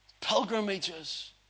Pilgrimages